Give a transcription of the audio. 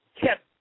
kept